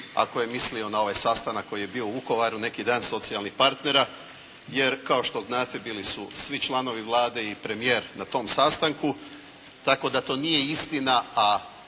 ako je mislio na ovaj sastanak koji je bio u Vukovaru neki dan socijalnih partnera jer kao što znate bili su svi članovi Vlade i premijer na tom sastanku. Tako da to nije istina.